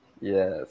Yes